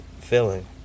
feeling